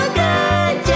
good